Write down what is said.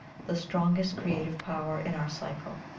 the strongest creative power in our cycle.